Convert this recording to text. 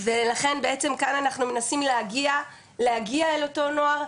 ולכן בעצם כאן אנחנו מנסים להגיע אל אותו נוער,